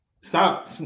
stop